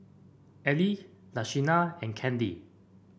Arley Luciana and Candy